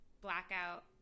blackout